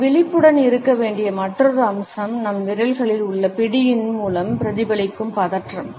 நாம் விழிப்புடன் இருக்க வேண்டிய மற்றொரு அம்சம் நம் விரல்களில் உள்ள பிடியின் மூலம் பிரதிபலிக்கும் பதற்றம்